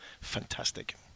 Fantastic